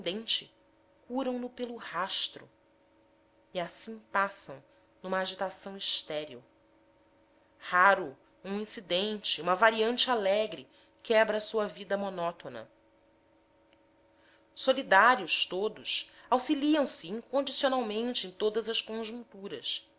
transcendente curam no pelo rastro e assim passam numa agitação estéril raro um incidente uma variante alegre quebra a sua vida monótona solidários todos auxiliam se incondicionalmente em todas as conjunturas